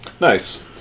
nice